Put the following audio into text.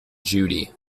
judy